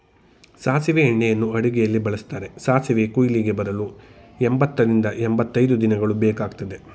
ಸಾಸಿವೆ ಎಣ್ಣೆಯನ್ನು ಅಡುಗೆಯಲ್ಲಿ ಬಳ್ಸತ್ತರೆ, ಸಾಸಿವೆ ಕುಯ್ಲಿಗೆ ಬರಲು ಎಂಬತ್ತರಿಂದ ಎಂಬತೈದು ದಿನಗಳು ಬೇಕಗ್ತದೆ